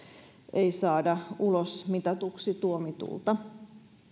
ei saada ulosmitatuksi tuomitulta